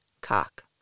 cock